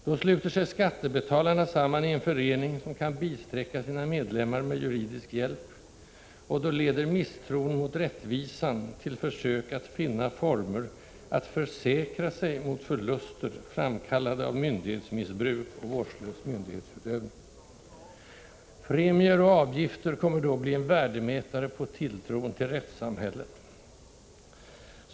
Då sluter sig skattebetalarna samman i en förening, som kan bisträcka sina medlemmar med juridisk hjälp, och då leder misstron mot ”rättvisan” till försök att finna former att försäkra sig mot förluster framkallade av myndighetsmissbruk och vårdslös myndighetsutövning. Premier och avgifter kommer då att bli en värdemätare på tilltron till rättssamhället.